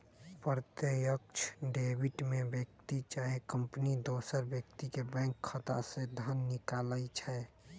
प्रत्यक्ष डेबिट में व्यक्ति चाहे कंपनी दोसर व्यक्ति के बैंक खता से धन निकालइ छै